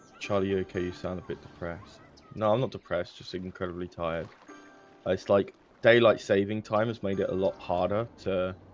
charlie you okay. you sound a bit depressed? no, i'm not depressed just incredibly tired it's like daylight saving time has made it a lot harder to